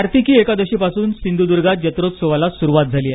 कार्तिकी एकादशीपासून सिंधूद्गात जत्रोत्सवाला सुरुवात झाली आहे